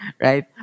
right